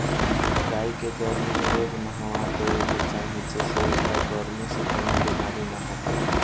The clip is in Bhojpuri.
गाई के गरमी में रोज नहावा देवे के चाही जेसे एकरा गरमी से कवनो बेमारी ना होखे